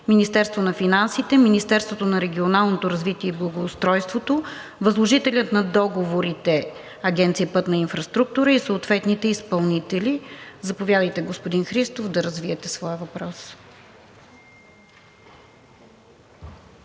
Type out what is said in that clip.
Министерството на финансите, Министерството на регионалното развитие и благоустройството, възложителят на договорите – Агенция „Пътна инфраструктура“, и съответните изпълнители. Заповядайте, господин Христов, да развиете своя въпрос.